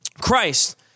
Christ